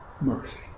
mercy